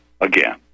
again